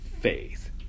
faith